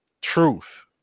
truth